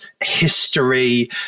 history